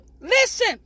listen